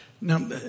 Now